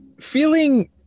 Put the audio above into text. Feeling